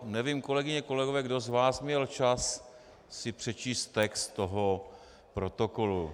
Nevím, kolegyně, kolegové, kdo z vás měl čas si přečíst text toho protokolu.